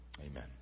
amen